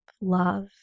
love